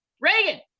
Reagan